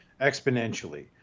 exponentially